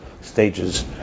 stages